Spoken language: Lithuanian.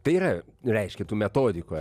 tai yra reiškia tų metodikų